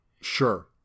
Sure